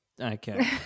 Okay